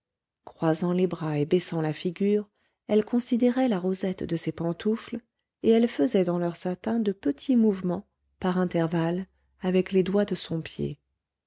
croisant les bras et baissant la figure elle considérait la rosette de ses pantoufles et elle faisait dans leur satin de petits mouvements par intervalles avec les doigts de son pied